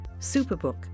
Superbook